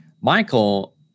Michael